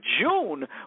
June